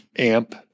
amp